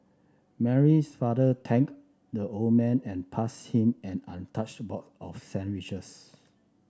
Mary's father thanked the old man and passed him an untouched box of sandwiches